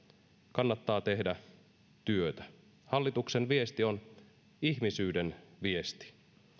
kannattaa tehdä työtä hallituksen viesti on ihmisyyden viesti